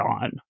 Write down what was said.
on